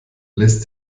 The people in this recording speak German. lässt